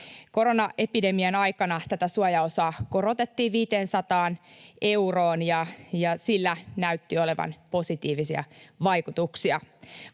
Koronaepidemian aikana tätä suojaosaa korotettiin 500 euroon, ja sillä näytti olevan positiivisia vaikutuksia.